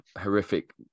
horrific